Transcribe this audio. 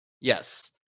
Yes